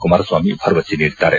ಕುಮಾರಸ್ವಾಮಿ ಭರವಸೆ ನೀಡಿದ್ದಾರೆ